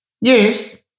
Yes